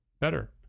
better